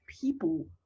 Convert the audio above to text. people